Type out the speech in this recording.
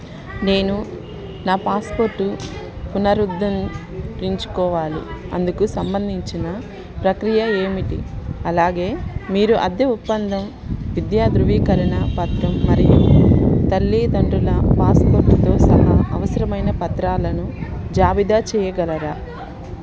నేను నా పాస్పోర్టు పునరుద్ధరించుకోవాలి అందుకు సంబంధించిన ప్రక్రియ ఏమిటి అలాగే మీరు అద్దె ఒప్పందం విద్యా ధృవీకరణ పత్రం మరియు తల్లీ దండ్రుల పాస్పోర్టుతో సహా అవసరమైన పత్రాలను జాబితా చేయగలరా